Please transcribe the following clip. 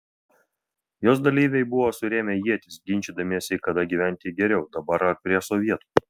jos dalyviai buvo surėmę ietis ginčydamiesi kada gyventi geriau dabar ar prie sovietų